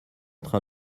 train